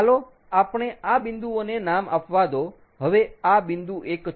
ચાલો આપણને આ બિંદુઓને નામ આપવા દો હવે આ બિંદુ 1 છે